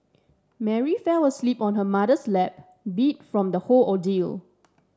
Mary fell asleep on her mother's lap beat from the whole ordeal